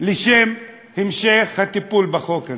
לשם המשך הטיפול בחוק הזה.